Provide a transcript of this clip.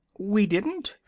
we didn't,